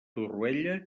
torroella